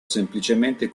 semplicemente